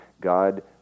God